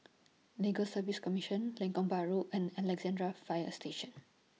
Legal Service Commission Lengkok Bahru and Alexandra Fire Station